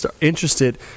interested